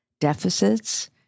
deficits